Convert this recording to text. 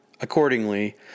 Accordingly